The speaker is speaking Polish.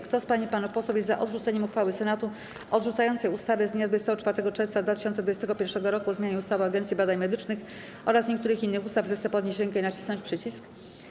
Kto z pań i panów posłów jest za odrzuceniem uchwały Senatu odrzucającej ustawę z dnia 24 czerwca 2021 r. o zmianie ustawy o Agencji Badań Medycznych oraz niektórych innych ustaw, zechce podnieść rękę i nacisnąć przycisk.